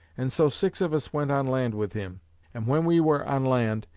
and so six of us went on land with him and when we were on land,